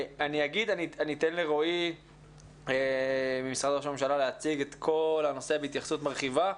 אני אתן לרועי ממשרד ראש הממשלה להציג את כל הנושא בהתייחסות מרחיבה.